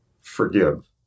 forgive